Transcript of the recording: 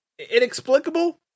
inexplicable